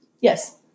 Yes